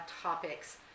topics